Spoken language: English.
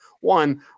one